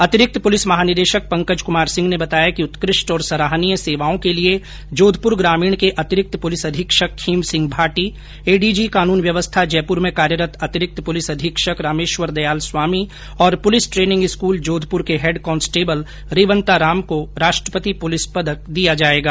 अतिरिक्त पुलिस महानिदेशक पंकज कुमार सिंह ने बताया कि उत्कृष्ट और सराहनीय सेवाओं के लिए जोधपुर ग्रामीण के अतिरिक्त पुलिस अधीक्षक खींव सिंह भाटी एडीजी कानून व्यवस्था जयपुर में कार्यरत अतिरिक्त पुलिस अधीक्षक रामेश्वर दयाल स्वामी और पुलिस द्रेनिंग स्कूल जोधपुर के हैड कॉस्टेबल रेवन्ताराम राष्ट्रपति पुलिस पदक दिया जाएगा